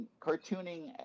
cartooning